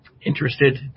interested